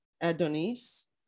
Adonis